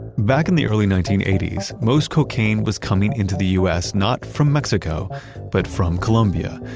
back in the early nineteen eighty s, most cocaine was coming into the us not from mexico but from colombia,